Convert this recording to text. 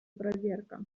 проверка